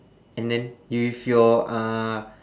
and then you with your uh